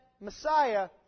Messiah